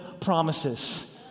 promises